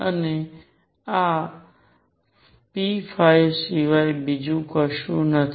અને આ p સિવાય બીજું કશું નથી